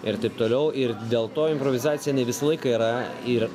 ir taip toliau ir dėl to improvizacija ne visą laiką yra ir